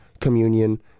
communion